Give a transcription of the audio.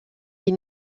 les